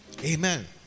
Amen